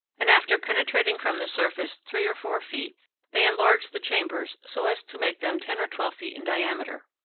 and after penetrating from the surface three or four feet they enlarged the chambers so as to make them ten or twelve feet in diameter.